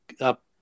up